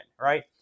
right